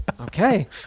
Okay